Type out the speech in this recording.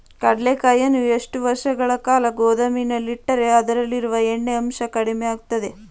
ಕಡ್ಲೆಕಾಯಿಯನ್ನು ಎಷ್ಟು ವರ್ಷಗಳ ಕಾಲ ಗೋದಾಮಿನಲ್ಲಿಟ್ಟರೆ ಅದರಲ್ಲಿಯ ಎಣ್ಣೆ ಅಂಶ ಕಡಿಮೆ ಆಗುತ್ತದೆ?